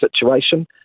situation